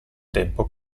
tempo